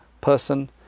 person